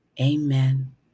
amen